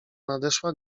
nadeszła